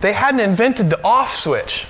they hadn't invented the off switch.